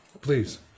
please